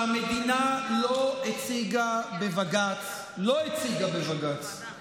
מה עוד שהמדינה לא הציגה בבג"ץ נתונים